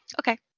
Okay